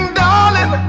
darling